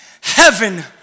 heaven